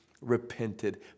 repented